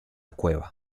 cueva